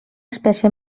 espècie